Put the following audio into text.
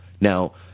Now